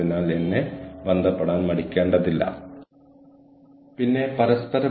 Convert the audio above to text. അതിനാൽ അത് വളരെ മനോഹരമാണ്